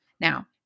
Now